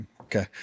Okay